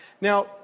Now